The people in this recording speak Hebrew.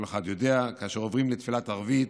כל אחד יודע, כאשר עוברים לתפילת ערבית,